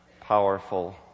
powerful